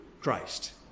Christ